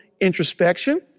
introspection